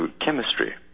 chemistry